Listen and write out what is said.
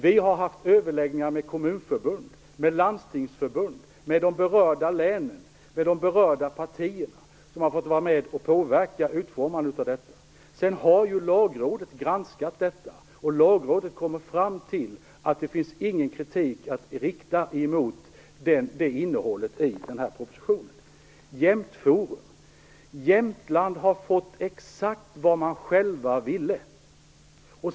Vi har haft överläggningar med kommunförbund, med landstingsförbund, med berörda län och med berörda partier, som har fått vara med och påverka utformningen. Sedan har ju Lagrådet granskat detta och kommit fram till att det inte finns någon kritik att rikta mot innehållet i propositionen. I Jämtland har man fått exakt vad man ville.